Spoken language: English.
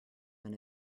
than